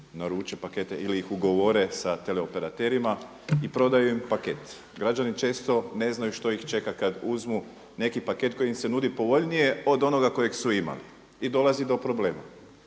naruče pakete ili ih ugovore sa teleoperaterima i prodaju im paket. Građani često ne znaju što ih čeka kada uzmu neki paket koji im se nudi povoljnije od onoga kojeg su imali i dolazi do problema.